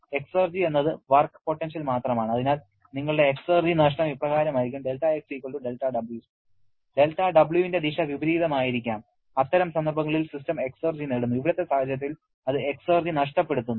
exergy എന്നത് work potential മാത്രമാണ് അതിനാൽ നിങ്ങളുടെ എക്സർജി നഷ്ടം ഇപ്രകാരമായിരിക്കും δX δW δW ന്റെ ദിശ വിപരീതമായിരിക്കാം അത്തരം സന്ദർഭങ്ങളിൽ സിസ്റ്റം എക്സർജി നേടുന്നു ഇവിടത്തെ സാഹചര്യത്തിൽ അത് എക്സർജി നഷ്ടപ്പെടുത്തുന്നു